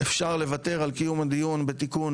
אפשר לוותר על קיום הדיון בתיקון